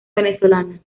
venezolana